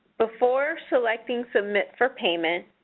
before selecting submit for payment,